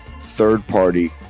third-party